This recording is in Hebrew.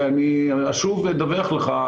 ואני אשוב ואדווח לך,